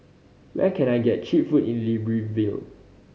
where can I get cheap food in Libreville